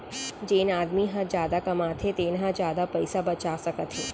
जेन आदमी ह जादा कमाथे तेन ह जादा पइसा बचा सकत हे